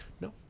No